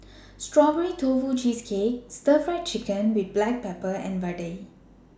Strawberry Tofu Cheesecake Stir Fry Chicken with Black Pepper and Vadai